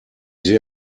sehe